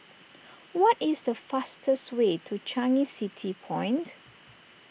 what is the fastest way to Changi City Point